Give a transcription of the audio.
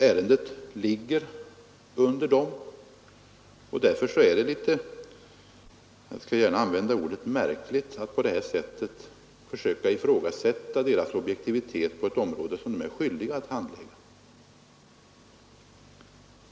Ärendet ligger under dem, och därför är det litet — jag vill gärna använda det ordet — märkligt att på det här sättet fö söka ifrågasätta deras objektivitet på ett område som de är skyldiga att handlägga.